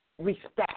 respect